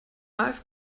i’ve